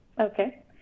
okay